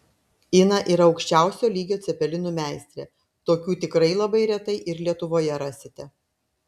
ina yra aukščiausio lygio cepelinų meistrė tokių tikrai labai retai ir lietuvoje rasite